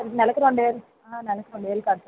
నెలకు రెండు వేలు నెలకు రెండు వేలు కడతానండి